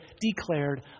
declared